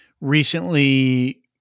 recently